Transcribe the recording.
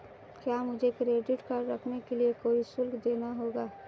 क्या मुझे credit card रखने के लिए कोई शुल्क देना होगा?